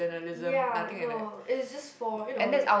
ya no is just for you know like